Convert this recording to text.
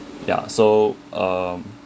ya so um